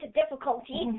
difficulty